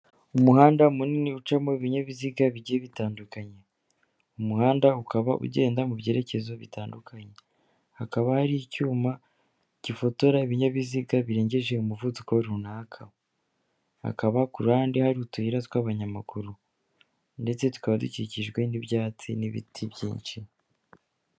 Umuhanda munini ucamo ibinyabiziga bigiye bitandukanye, umuhanda ukaba ugenda mu byerekezo bitandukanye, hakaba hari icyuma gifotora ibinyabiziga birengeje umuvuduko runaka, hakaba ku ruhande hari utuyira tw'abanyamaguru, ndetse tukaba dukikijwe n'ibyatsi n'ibiti byinshi.